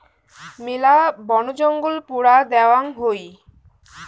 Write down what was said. মেলা বনজঙ্গল পোড়া দ্যাওয়াং হই